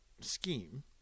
scheme